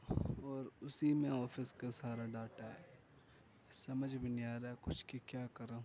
اور اسی میں آفس کا سارا ڈاٹا ہے سمجھ میں نہیں آ رہا کچھ کہ کیا کروں